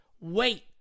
wait